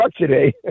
today